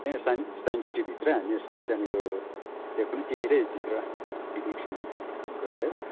त्यहाँ science science सिटीभित्रै हामी यसो त्यहाँनिर त्यहीनिरै भित्र पिकनिक सिकनिक गरायो